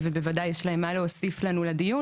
ובוודאי יש להם מה להוסיף לנו לדיון.